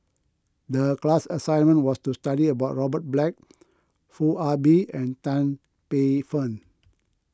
the class assignment was to study about Robert Black Foo Ah Bee and Tan Paey Fern